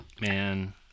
Man